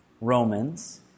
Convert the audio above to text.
Romans